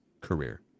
career